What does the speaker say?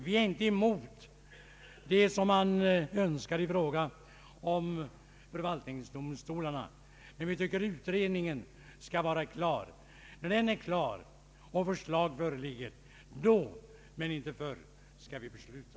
Vi är inte emot det som man önskar i fråga om förvaltningsdomstolarna, men vi tycker att utredningen skall göras klar. När den är klar och förslag föreligger, men inte förr, skall vi besluta.